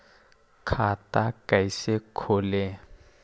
खाता कैसे खोले?